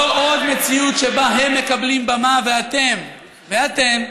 לא עוד מציאות שבה הם מקבלים במה, ואתם ואתן,